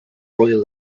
royal